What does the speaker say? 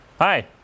Hi